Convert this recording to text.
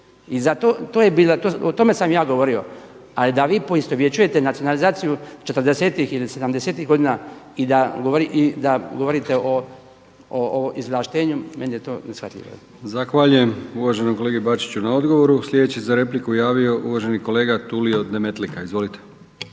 o tome sam ja govorio. A da vi poistovjećujete nacionalizaciju 40-tih ili 70-tih godina i da govorite o izvlaštenju meni je to neshvatljivo.